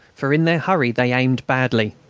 for in their hurry they aimed badly.